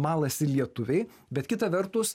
malasi lietuviai bet kita vertus